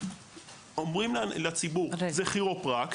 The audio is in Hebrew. אומרים לציבור: זה כירופרקט,